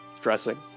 dressing